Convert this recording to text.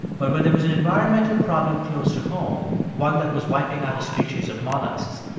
but when there was an environmental problem close to home, one that was wiping out a species of mollusks,